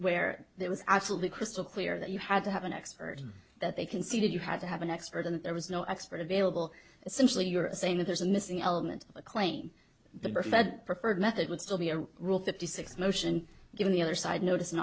where there was absolutely crystal clear that you had to have an expert that they considered you had to have an expert and there was no expert available essentially you're saying that there's a missing element a claim the perfect preferred method would still be a rule fifty six motion given the other side notice an